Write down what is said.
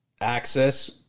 access